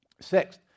Sixth